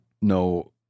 no